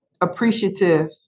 appreciative